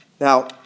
Now